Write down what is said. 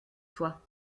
toi